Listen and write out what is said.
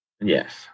Yes